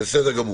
בסדר גמור.